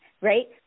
right